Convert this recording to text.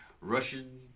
Russian